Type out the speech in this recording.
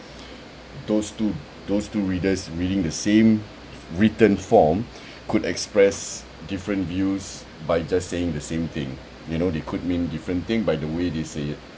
those two those two readers reading the same written form could express different views by just saying the same thing you know they could mean different thing by the way they say it